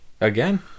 Again